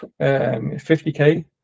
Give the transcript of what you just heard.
50K